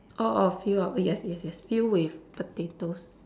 orh orh fill up yes yes yes fill with potatoes